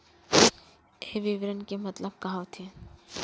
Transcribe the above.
ये विवरण के मतलब का होथे?